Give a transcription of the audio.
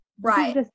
right